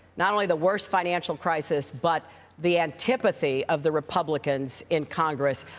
not only the worst financial crisis but the antipathy of the republicans in congress,